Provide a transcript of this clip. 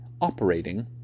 operating